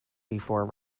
before